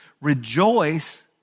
rejoice